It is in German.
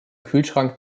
kühlschrank